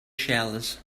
shells